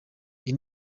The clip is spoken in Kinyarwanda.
iyi